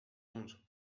onze